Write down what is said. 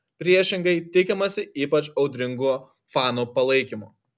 priešingai tikimasi ypač audringo fanų palaikymo